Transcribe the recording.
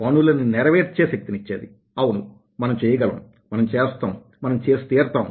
పనులని నెరవేర్చే శక్తినిచ్చేది అవును మనం చేయగలం మనం చేస్తాం మనం చేసి తీరతాం